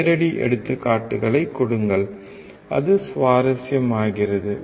நேரடி எடுத்துக்காட்டுகளைக் கொடுங்கள் அது சுவாரஸ்யமாகிறது